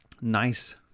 nice